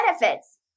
benefits